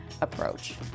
approach